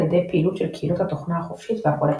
ידי פעילות של קהילות התוכנה החופשית והקוד הפתוח.